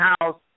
House